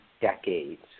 decades